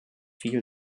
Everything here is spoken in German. viel